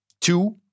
Two